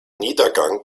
niedergang